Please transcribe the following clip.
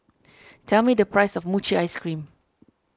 tell me the price of Mochi Ice Cream